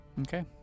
Okay